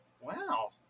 wow